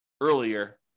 earlier